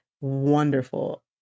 wonderful